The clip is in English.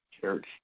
Church